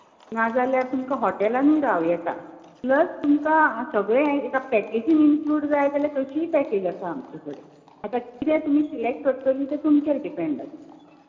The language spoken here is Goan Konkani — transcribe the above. ना जाल्यार तुमकां हॉटेलांनीं रावूं येता प्लस तुमकां सगळें एका पॅकेजींत इन्कल्यूड जाय जाल्यार तशीय पॅकेज आसा आमचे कडेन आतां कितें तुमी सिलेक्ट करतलीं हें तुमचेर डिपेन्ड आसा